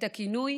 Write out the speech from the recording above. את הכינוי